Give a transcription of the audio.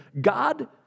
God